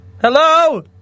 Hello